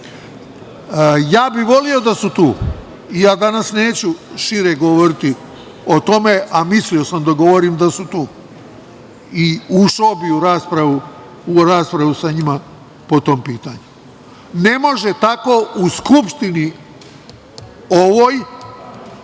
bih voleo da su tu i ja danas neću šire govoriti o tome, a mislio sam da govorim da su tu i ušao bih u raspravu sa njima po tom pitanju. Ne može tako u ovoj